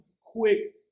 quick